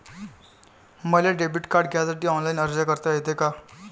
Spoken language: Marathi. मले डेबिट कार्ड घ्यासाठी ऑनलाईन अर्ज करता येते का?